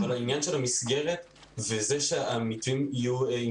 אבל העניין של המסגרת וזה שהמתווים יהיו עם